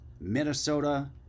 Minnesota